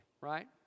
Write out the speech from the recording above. right